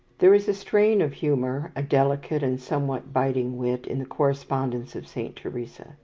there is a strain of humour, a delicate and somewhat biting wit in the correspondence of saint teresa,